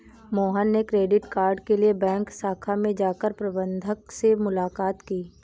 मोहन ने credit card के लिए बैंक शाखा में जाकर प्रबंधक से मुलाक़ात की